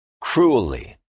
cruelly